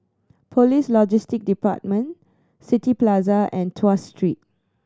Police Logistics Department City Plaza and Tuas Street